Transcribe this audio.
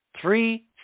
Three